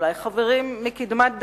אולי חברים מקדמת דנא,